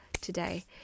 today